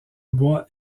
bois